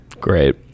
Great